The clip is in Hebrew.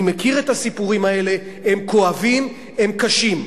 אני מכיר את הסיפורים האלה, הם כואבים, הם קשים,